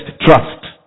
trust